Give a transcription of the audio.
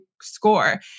score